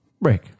Break